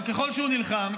ככל שהוא נלחם,